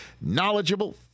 knowledgeable